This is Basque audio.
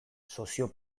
sozio